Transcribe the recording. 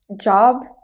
job